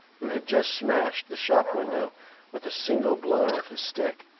who had just smashed the shop window with a single blow of his stick.